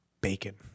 bacon